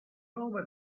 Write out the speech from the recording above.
nome